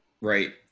Right